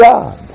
God